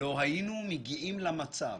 לא היינו מגיעים למצב